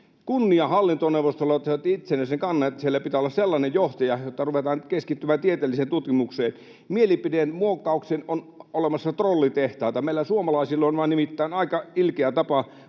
Kunnia hallintoneuvostolle, että se otti itsenäisen kannan, että siellä pitää olla sellainen johtaja, että ruvetaan nyt keskittymään tieteelliseen tutkimukseen. Mielipidemuokkaukseen on olemassa trollitehtaita. Meillä suomalaisilla on vaan nimittäin aika ilkeä tapa